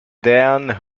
dean